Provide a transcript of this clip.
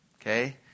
Okay